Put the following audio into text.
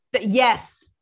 yes